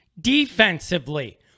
defensively